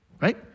Right